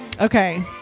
Okay